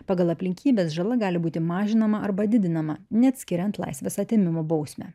pagal aplinkybes žala gali būti mažinama arba didinama net skiriant laisvės atėmimo bausmę